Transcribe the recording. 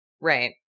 right